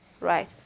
right